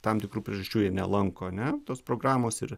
tam tikrų priežasčių jie nelanko ane tos programos ir